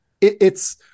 it's-